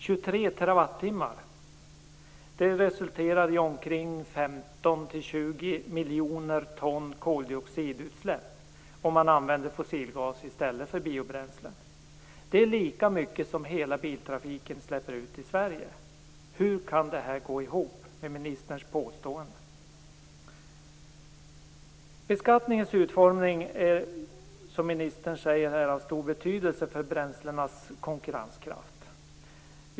23 TWh - det resulterar i omkring 15-20 miljoner ton koldioxidutsläpp, om man använder fossilgas i stället för biobränslen. Det är lika mycket som hela biltrafiken släpper ut i Sverige. Hur kan detta gå ihop med ministerns påstående? Beskattningens utformning är som ministern säger av stor betydelse för bränslenas konkurrenskraft.